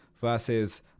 Versus